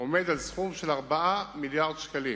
עומד על 4 מיליארדי שקלים.